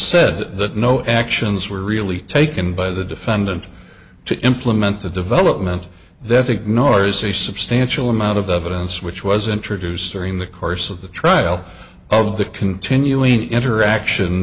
said that no actions were really taken by the defendant to implement a development that ignores the substantial amount of evidence which was introduced during the course of the trial of the continuing interaction